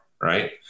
right